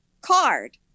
card